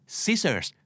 scissors